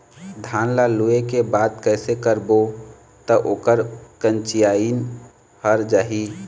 धान ला लुए के बाद कइसे करबो त ओकर कंचीयायिन हर जाही?